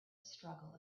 struggle